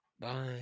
bye